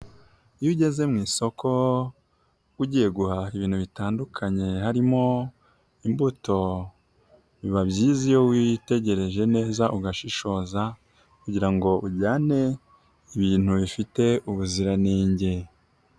Iyo ugeze mu isoko ugiye guhaha ibintu bitandukanye harimo imbuto biba byiza iyo witegereje neza ugashishoza kugira ngo ujyane ibintu bifite ubuziranenge.